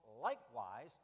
likewise